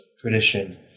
tradition